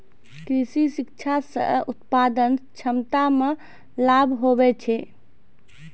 कृषि शिक्षा से उत्पादन क्षमता मे लाभ हुवै छै